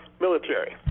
military